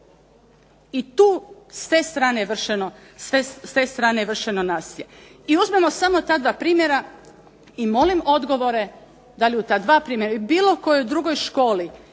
I tu s te strane je vršeno nasilja. I uzmimo samo ta dva primjera i molim odgovore, da li u ta dva primjera ili u bilo kojoj drugoj školi